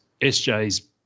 SJ's